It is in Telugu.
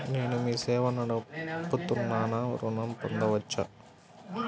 నేను మీ సేవా నడుపుతున్నాను ఋణం పొందవచ్చా?